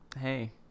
hey